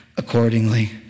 accordingly